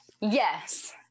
Yes